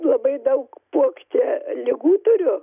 labai daug puokštę ligų turiu